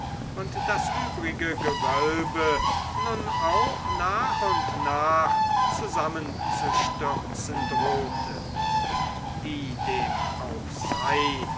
und das übrige gewölbe nun auch nach und nach zusammenzustürzen drohte wie dem auch sei